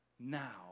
Now